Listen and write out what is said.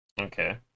Okay